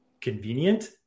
convenient